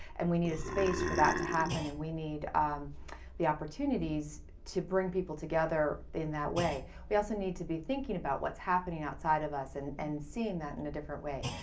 and we need a space for that to happen and we need the opportunities to bring people together in that way. we also need to be thinking about what's happening outside of us and, and seeing that in a different way.